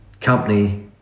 company